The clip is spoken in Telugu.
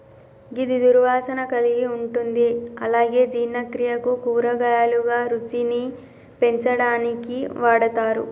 గిది దుర్వాసన కలిగి ఉంటుంది అలాగే జీర్ణక్రియకు, కూరగాయలుగా, రుచిని పెంచడానికి వాడతరు